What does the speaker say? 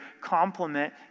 compliment